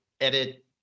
edit